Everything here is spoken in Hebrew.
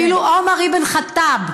אפילו עומר אבן אל-ח'טאב,